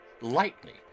lightly